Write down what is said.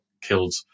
killed